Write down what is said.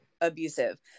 abusive